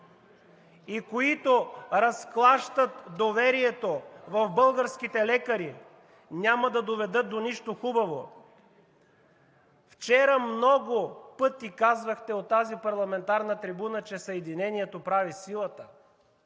и които разклащат доверието в българските лекари, няма да доведат до нищо хубаво. Вчера много пъти казвахте от тази парламентарна трибуна, че „Съединението прави силата“,